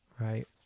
right